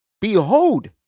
behold